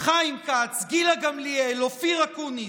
חיים כץ, גילה גמליאל, אופיר אקוניס,